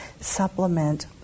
supplement